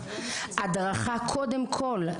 צריך קודם כל הדרכה,